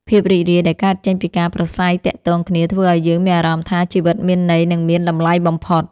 ភាពរីករាយដែលកើតចេញពីការប្រាស្រ័យទាក់ទងគ្នាធ្វើឱ្យយើងមានអារម្មណ៍ថាជីវិតមានន័យ និងមានតម្លៃបំផុត។